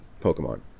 Pokemon